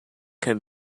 can